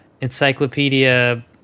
Encyclopedia